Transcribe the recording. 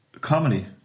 comedy